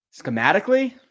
Schematically